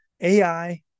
AI